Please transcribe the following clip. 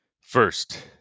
First